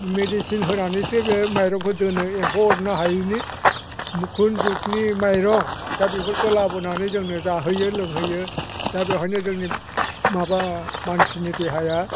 medicine होनानैसो बे माइरंखौ दोनो एम्फौ अरनो हायैनि खुन जुगनि माइरं दा बेफोरखौ लाबोनानै जोंनो जाहोयो लोंहोयो दा बेवहायनो जोंनि माबा मानसिनि देहाया